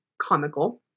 comical